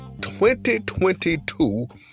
2022